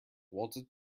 waltzed